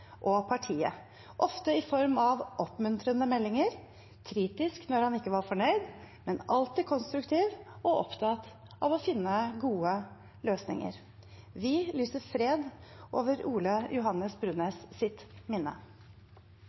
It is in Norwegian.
og partiet, ofte i form av oppmuntrende meldinger – kritisk når han ikke var fornøyd, men alltid konstruktiv og opptatt av å finne gode løsninger. Vi lyser fred over Ole Johs. Brunæs’ minne.